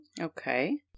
Okay